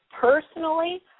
personally